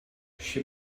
she